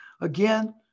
again